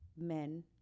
men